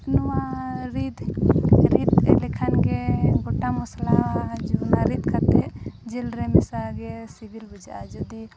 ᱱᱚᱣᱟ ᱨᱤᱫ ᱨᱤᱫ ᱞᱮᱠᱷᱟᱱ ᱜᱮ ᱜᱚᱴᱟ ᱢᱚᱥᱞᱟ ᱨᱤᱫ ᱠᱟᱛᱮᱫ ᱡᱤᱞ ᱨᱮ ᱢᱮᱥᱟᱜᱮ ᱥᱤᱵᱤᱞ ᱵᱩᱡᱟᱜᱼᱟ ᱡᱩᱫᱤ